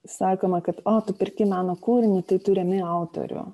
sakoma kad o tu perki meno kūrinį tai tu remi autorių